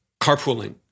carpooling